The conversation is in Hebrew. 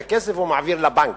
את הכסף הוא מעביר לבנק.